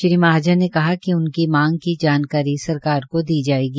श्री महाजन ने कहा कि उनकी मांग की जानकारी सरकार को दी जायेगी